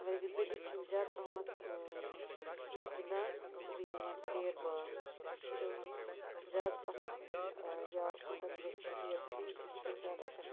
مگر یہِ بٔڑِتھ چھِ یِم زیادٕ پَہمَتھ گِنٛدان سُہ گوٚو یِمَن بیٹ بال سُہ چھُ یِمَن زیادٕ پَسنٛد یا کُنہِ ساتہٕ آسٮ۪کھ چھُٹی یا فرٛی کُنہِ ساتہٕ آسٮ۪کھ